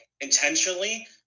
intentionally